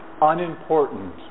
unimportant